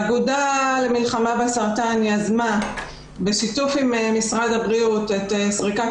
האגודה למלחמה בסרטן יזמה בשיתוף עם משרד הבריאות את סריקת